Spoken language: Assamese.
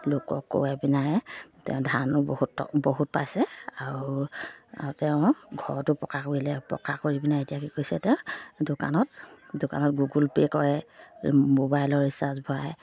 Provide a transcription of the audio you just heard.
লোকক কৰোৱাই পিনে তেওঁ ধানো বহুত বহুত পাইছে আৰু তেওঁ ঘৰটো পকা কৰিলে পকা কৰি পিনে এতিয়া কি কৈছে তেওঁ দোকানত দোকানত গুগল পে' কৰে মোবাইলৰ ৰিচাৰ্জ ভৰাই